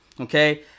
okay